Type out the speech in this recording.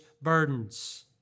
burdens